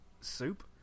soup